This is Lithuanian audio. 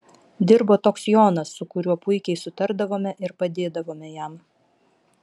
dirbo toks jonas su kuriuo puikiai sutardavome ir padėdavome jam